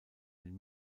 den